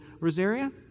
Rosaria